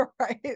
right